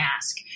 Ask